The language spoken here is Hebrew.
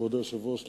כבוד היושב-ראש,